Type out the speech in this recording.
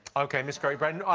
ok, miss great britain.